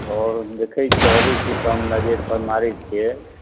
आओर देखैत छियै अबै छी तऽ हम नजरि पर मारैत छियै